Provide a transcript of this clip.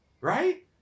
right